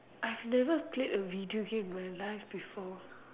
I've never played a video game in my life before